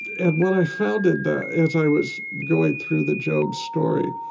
and what i found in that, as i was going through the job story,